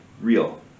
real